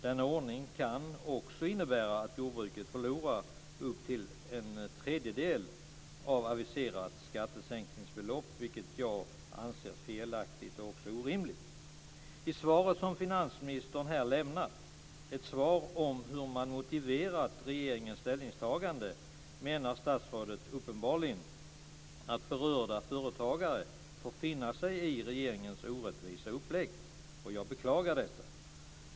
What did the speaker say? Denna ordning kan också innebära att jordbruket förlorar upp till en tredjedel av aviserat skattesänkningsbelopp, vilket jag anser felaktigt och också orimligt. I svaret som finansministern här lämnat - ett svar om hur man motiverat regeringens ställningstagande - menar statsrådet uppenbarligen att berörda företagare får finna sig i regeringens orättvisa upplägg. Jag beklagar detta.